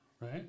Right